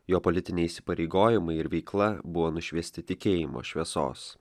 jo politiniai įsipareigojimai ir veikla buvo nušviesti tikėjimo šviesos